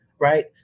right